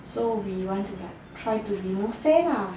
so we want to like try to be more fair lah